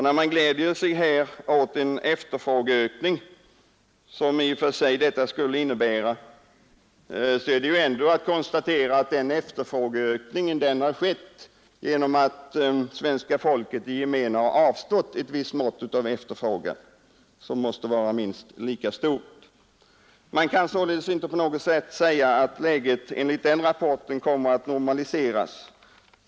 När man gläder sig åt den efterfrågeökning som detta innebär, är det att konstatera att efterfrågeökningen uppkommit på grund av att svenska folket i gemen avstått från ett visst mått av efterfrågan som måste vara minst lika stort. Man kan således inte på något sätt säga att läget enligt rapporten kommer att normaliseras.